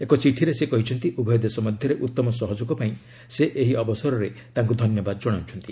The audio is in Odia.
ଏକ ଚିଠିରେ ସେ କହିଛନ୍ତି ଉଭୟ ଦେଶ ମଧ୍ଧରେ ଉତ୍ତମ ସହଯୋଗ ପାଇଁ ସେ ଏହି ଅବସରରେ ତାଙ୍କୁ ଧନ୍ୟବାଦ ଜଣାଉଛନ୍ତି